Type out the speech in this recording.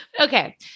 okay